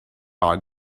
are